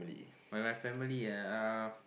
when my family ah